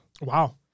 Wow